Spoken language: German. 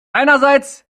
einerseits